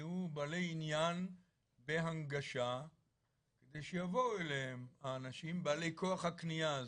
יהיו בעלי עניין בהנגשה ושיבואו אליהם האנשים בעלי כוח הקניה הזה.